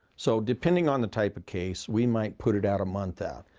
so depending on the type of case, we might put it out a month out.